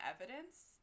evidence